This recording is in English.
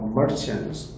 merchants